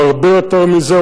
הוא הרבה יותר מזה.